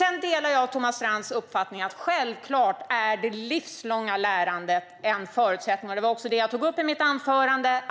Jag delar Thomas Strands uppfattning om att det livslånga lärandet självklart är en förutsättning. Det tog jag också upp i mitt anförande.